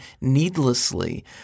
needlessly